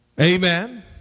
Amen